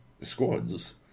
squads